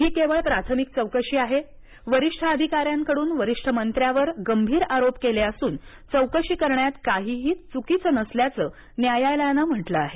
ही केवळ प्राथमिक चौकशी आहे वरिष्ठ अधिकाऱ्याकडून वरिष्ठ मंत्र्यावर गंभीर आरोप केले असून चौकशी करण्यात काहीही चुकीचं नसल्याचं न्यायालयानं म्हटलं आहे